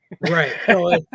Right